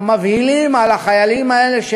המבהילים על החיילים האלה,